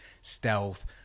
stealth